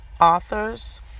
authors